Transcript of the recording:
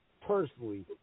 Personally